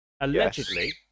allegedly